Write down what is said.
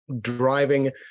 driving